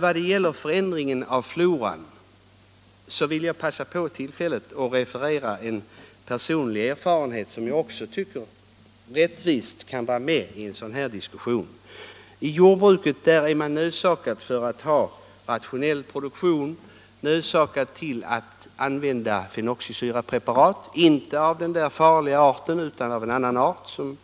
Vad gäller förändringen av floran vill jag referera till en personlig erfarenhet som jag tycker rätteligen bör vara med i en sådan här diskussion. I jordbruket är man för rationell produktion nödsakad att använda fenoxisyrapreparat. De är inte av den farliga arten utan av en annan art som